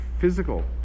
physical